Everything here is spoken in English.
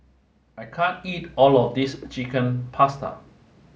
I can't eat all of this Chicken Pasta